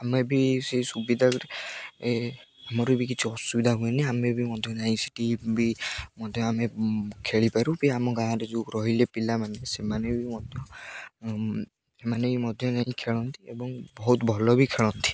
ଆମେ ବି ସେ ସୁବିଧାରେ ଆମର ବି କିଛି ଅସୁବିଧା ହୁଏନି ଆମେ ବି ମଧ୍ୟ ଯାଇ ସେଠି ବି ମଧ୍ୟ ଆମେ ଖେଳିପାରୁ ବି ଆମ ଗାଁରେ ଯେଉଁ ରହିଲେ ପିଲାମାନେ ସେମାନେ ବି ମଧ୍ୟ ସେମାନେ ବି ମଧ୍ୟ ଯାଇ ଖେଳନ୍ତି ଏବଂ ବହୁତ ଭଲ ବି ଖେଳନ୍ତି